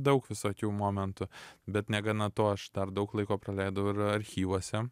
daug visokių momentų bet negana to aš dar daug laiko praleidau archyvuose